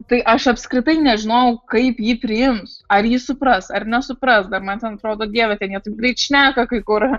tai aš apskritai nežinojau kaip jį priims ar jį supras ar nesupras dar man ten man atrodo dieve jie ten taip greit šneka kai kur